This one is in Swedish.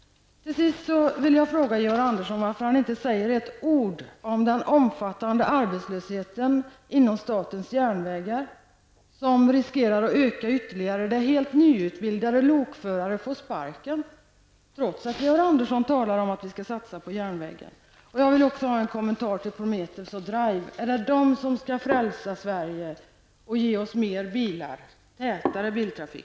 Till sist vill jag fråga Georg Andersson varför han inte säger ett ord om den omfattande arbetslösheten inom statens järnvägar, som riskerar att öka ytterligare och som gör att helt nyutbildade lokförare får sparken, trots att Georg Andersson talar om att vi skall satsa på järnvägen. Jag vill också ha en kommentar till Prometheus och Drive. Är det de som skall frälsa Sverige och ge oss mer bilar och tätare biltrafik?